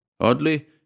Oddly